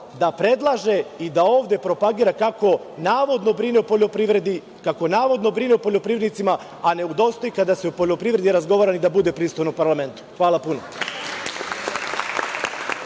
da predlaže i da ovde propagira kako, navodno, brine o poljoprivredi, kako brine o poljoprivrednicima, a ne udostoji da, kada se o poljoprivredi razgovara, ni da bude prisutan u parlamentu. Hvala puno.